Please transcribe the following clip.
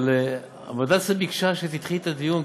אבל הוועדה ביקשה שתדחי קצת את הדיון,